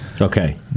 Okay